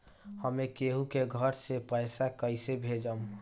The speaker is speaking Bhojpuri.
हम केहु के घर से पैसा कैइसे भेजम?